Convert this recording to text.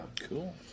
Cool